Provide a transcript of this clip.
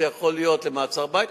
זה יכול להיות למעצר-בית,